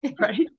Right